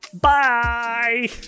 Bye